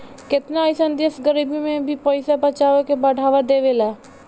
केतना अइसन देश गरीबी में भी पइसा बचावे के बढ़ावा देवेला